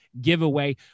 giveaway